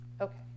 Okay